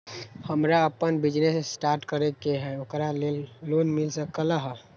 हमरा अपन business start करे के है ओकरा लेल लोन मिल सकलक ह?